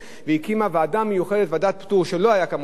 וכאן היועצת המשפטית עושה כל מיני דברים יצירתיים,